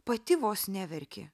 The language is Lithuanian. pati vos neverkė